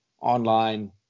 online